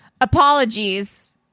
apologies